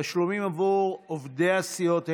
(תשלומים עבור עובדי הסיעות),